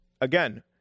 Again